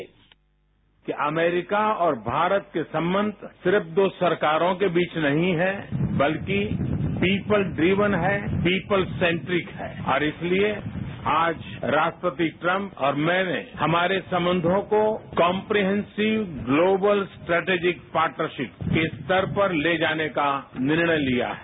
bite America और भारत के संबंध सिर्फ दो सरकारों के बीच नहीं हैं बल्कि पीपुल ड्रिवन हैं पीपुल सेंट्रिक हैं और इसलिए आज राष्ट्रपति ट्रंप और मैंने हमारे संबंधों को कॉम्प्रिहेंसिव ग्लोबल स्ट्रेटिजिक पार्टनरशिप के स्तर पर ले जाने का निर्णय लिया है